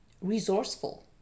resourceful